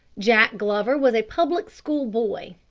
jack glover was a public school boy,